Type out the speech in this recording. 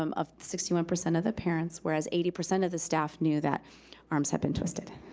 um of sixty one percent of the parents, whereas eighty percent of the staff knew that arms had been twisted.